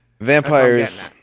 Vampires